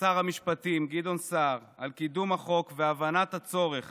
לשר המשפטים גדעון סער על קידום החוק והבנת הצורך